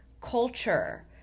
culture